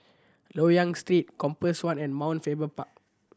Loyang Street Compass One and Mount Faber Park